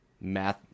math